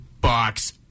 box